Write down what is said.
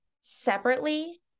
separately